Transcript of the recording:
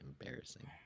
embarrassing